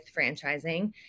franchising